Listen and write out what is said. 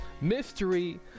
mystery